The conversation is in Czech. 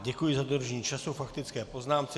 Děkuji za dodržení času k faktické poznámce.